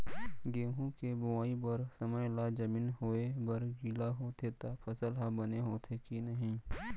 गेहूँ के बोआई बर समय ला जमीन होये बर गिला होथे त फसल ह बने होथे की नही?